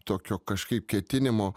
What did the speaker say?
tokio kažkaip ketinimo